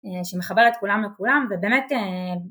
שמחבר את כולם לכולם ובאמת